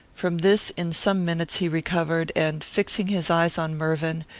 from this in some minutes he recovered, and, fixing his eyes on mervyn,